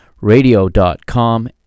radio.com